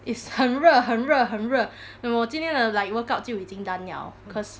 is 很热很热很热 and 我今天的 like workout 就已经 done liao cause